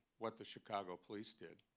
what the chicago police did.